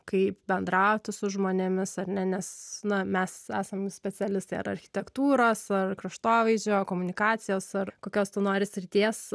kaip bendrauti su žmonėmis ar ne nes na mes esam specialistai ar architektūros ar kraštovaizdžio komunikacijos ar kokios tu nori srities